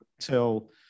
till